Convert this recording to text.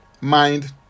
mind